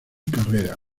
carrera